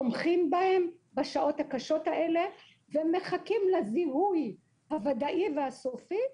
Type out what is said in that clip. תומכים בהם בשעות הקשות האלה ומחכים לזיהוי הוודאי והסופי.